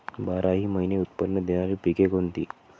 बाराही महिने उत्त्पन्न देणारी पिके कोणती?